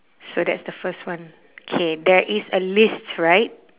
so that's the first one K there is a list right